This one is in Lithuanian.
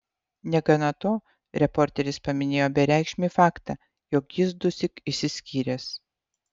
negana to reporteris paminėjo bereikšmį faktą jog jis dusyk išsiskyręs